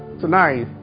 tonight